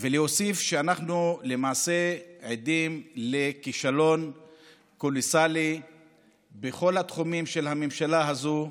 שאנחנו למעשה עדים לכישלון קולוסאלי בכל התחומים של הממשלה הזו,